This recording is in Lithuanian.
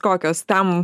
kokios tam